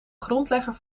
grondlegger